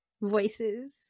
voices